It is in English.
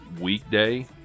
Weekday